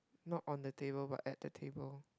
not on the table but at the table